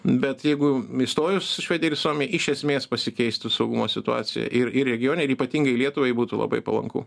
bet jeigu įstojus švedijai ir suomijai iš esmės pasikeistų saugumo situacija ir ir regione ir ypatingai lietuvai būtų labai palanku